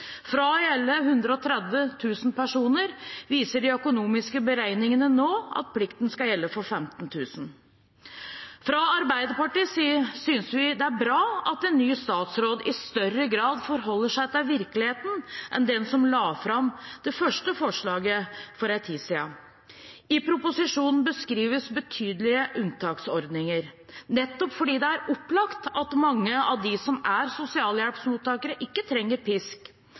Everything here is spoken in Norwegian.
Fra å gjelde 130 000 personer viser de økonomiske beregningene nå at plikten skal gjelde for 15 000. Arbeiderpartiet synes det er bra at en ny statsråd i større grad forholder seg til virkeligheten enn den som la fram det første forslaget for en tid siden. I proposisjonen beskrives betydelige unntaksordninger, nettopp fordi det er opplagt at mange av dem som er sosialhjelpsmottakere, ikke trenger pisk,